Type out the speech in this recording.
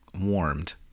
warmed